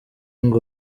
ngo